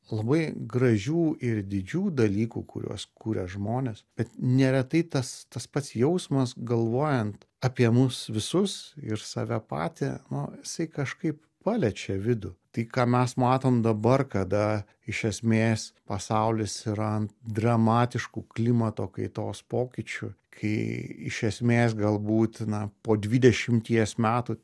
labai gražių ir didžių dalykų kuriuos kuria žmonės bet neretai tas tas pats jausmas galvojant apie mus visus ir save patį nu jisai kažkaip paliečia vidų tai ką mes matom dabar kada iš esmės pasaulis yra dramatiškų klimato kaitos pokyčių kai iš esmės galbūt na po dvidešimies metų